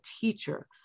teacher